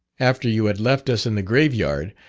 after you had left us in the grave-yard,